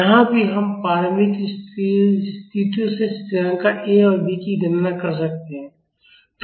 यहाँ भी हम प्रारंभिक स्थितियों से स्थिरांक A और B की गणना कर सकते हैं